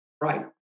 Right